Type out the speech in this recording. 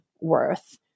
worth